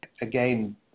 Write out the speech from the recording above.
again